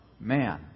man